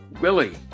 Willie